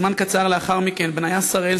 זמן קצר לאחר מכן בניה שראל,